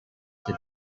that